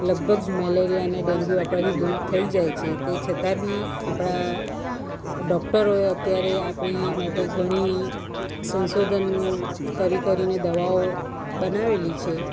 લગભગ મેલેરિયા ને ડેન્ગ્યુ આપણાથી દૂર થઈ જાય છે તે છતાં બી આપણા ડોક્ટરોએ અત્યારે આપણી માટે ઘણી સંશોધન કરી કરીને દવાઓ બનાવેલી છે